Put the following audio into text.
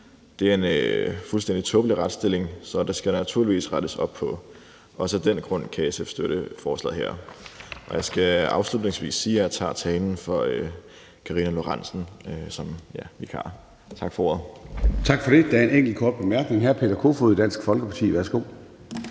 Det er en fuldstændig tåbelig retsstilling, som der naturligvis skal rettes op på. Også af den grund kan SF støtte forslaget her. Jeg skal afslutningsvis sige, at jeg har taget talen for Karina Lorentzen Dehnhardt som vikar. Tak for ordet. Kl. 09:13 Formanden (Søren Gade): Tak for det. Der er en enkelt kort bemærkning. Hr. Peter Kofod, Dansk Folkeparti. Værsgo.